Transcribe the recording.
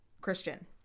Christian